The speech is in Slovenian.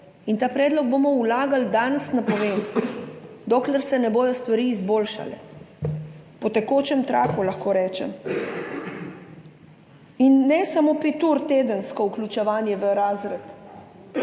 in ta predlog bomo vlagali, danes napovem, dokler se ne bodo stvari izboljšale, po tekočem traku, lahko rečem. In ne samo pet ur tedensko vključevanje v razred,